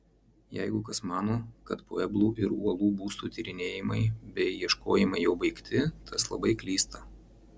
jeigu kas mano kad pueblų ir uolų būstų tyrinėjimai bei ieškojimai jau baigti tas labai klysta